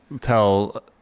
tell